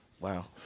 Wow